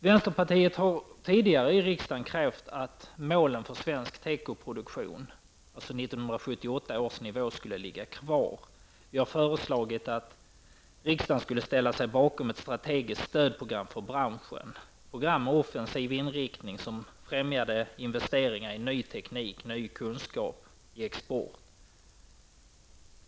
Vänsterpartiet har i riksdagen tidigare krävt att målet för svensk tekoproduktion, 1978 års nivå, skall ligga kvar. Vi har föreslagit att riksdagen skall ställa sig bakom ett strategiskt stödprogram för tekoindustrin. Programmet skulle ha haft en offensiv inriktning och främjat investeringar i och kunskap om ny teknik samt stimulerat till ökad export.